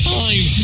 time